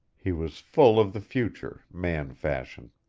he was full of the future, man-fashion.